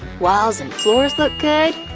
walls and floor look good,